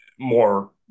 more